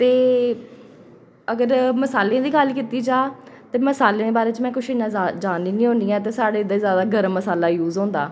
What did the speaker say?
ते अगर मसालें दी गल्ल कीती जा ते मसालें दे बारें च में कुछ इन्ना जादा जाननी नेईं होन्नी आं ते साढ़े इद्धर जादा गरम मसाला यूज़ होंदा